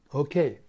okay